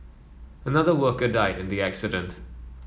another worker died in the accident